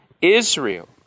Israel